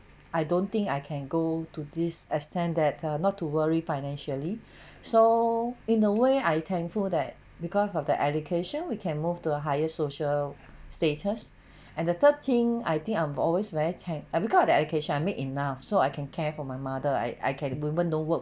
I don't think I can go to this extent that uh not to worry financially so in a way I thankful that because of the education we can move to a higher social status and the the third thing I think I'm always very thank and because of the education I made enough so I can care for my mother I I can even no work